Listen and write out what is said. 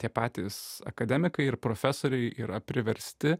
tie patys akademikai ir profesoriai yra priversti